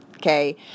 Okay